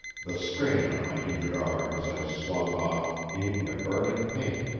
the strain on my injured arm as i swung off gave me a burning pain,